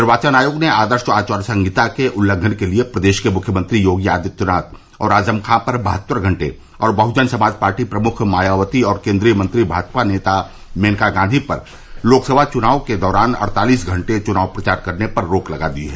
निर्वाचन आयोग ने आदर्श आचार संहिता के उल्लंघन के लिए प्रदेश के मुख्यमंत्री योगी आदित्यनाथ और आजम खॉ पर बहत्तर घंटे और बहुजन समाज पार्टी प्रमुख मायावती और केन्द्रीय मंत्री भाजपा नेता मेनका गांधी पर लोकसभा चुनाव के दौरान अड़तालिस घंटे च्नाव प्रचार करने पर रोक लगा दी है